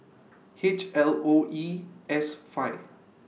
H L O E S five